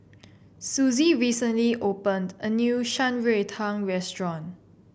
Susie recently opened a new Shan Rui Tang Restaurant